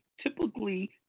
typically